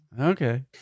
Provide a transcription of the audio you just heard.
Okay